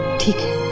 taking